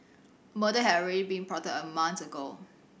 a murder had already been plotted a month ago